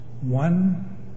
One